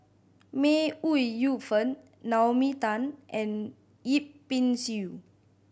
May Ooi Yu Fen Naomi Tan and Yip Pin Xiu